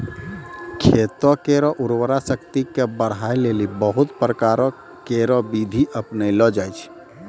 खेत केरो उर्वरा शक्ति क बढ़ाय लेलि बहुत प्रकारो केरो बिधि अपनैलो जाय छै